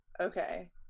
Okay